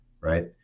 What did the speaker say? right